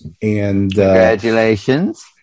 Congratulations